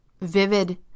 vivid